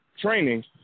training